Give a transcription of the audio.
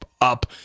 up